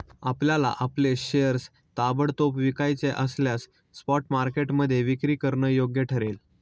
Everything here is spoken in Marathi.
आपल्याला आपले शेअर्स ताबडतोब विकायचे असल्यास स्पॉट मार्केटमध्ये विक्री करणं योग्य ठरेल